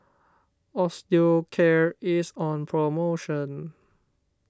Osteocare is on promotion